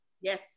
Yes